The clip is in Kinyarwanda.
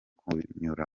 kunyuramo